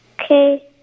Okay